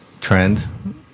trend